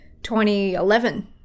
2011